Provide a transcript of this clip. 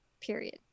Period